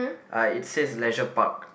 uh it says leisure park